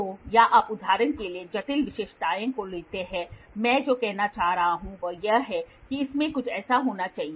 तो या आप उदाहरण के लिए जटिल विशेषताओं को लेते हैं मैं जो कहना चाह रहा हूं वह यह है कि इसमें कुछ ऐसा होना चाहिए